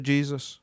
Jesus